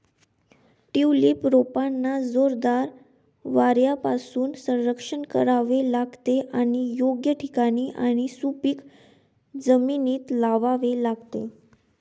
tulip रोपांना जोरदार वाऱ्यापासून संरक्षण करावे लागते आणि योग्य ठिकाणी आणि सुपीक जमिनीत लावावे लागते